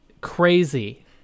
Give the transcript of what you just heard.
crazy